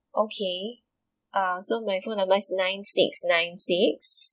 okay uh so my phone number is nine six nine six